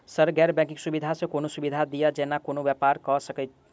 Sir गैर banking सुविधा सँ कोनों सुविधा दिए जेना कोनो व्यापार करऽ सकु?